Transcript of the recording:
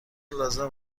لازم